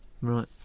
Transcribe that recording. Right